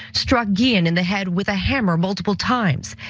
struck guillen in the head with a hammer multiple times,